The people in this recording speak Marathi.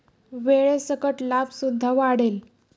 वेळेसकट लाभ सुद्धा वाढेल